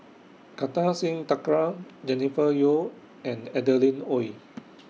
Kartar Singh Thakral Jennifer Yeo and Adeline Ooi